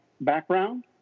background